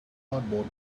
cardboard